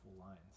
lines